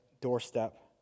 doorstep